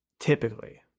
typically